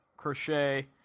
Crochet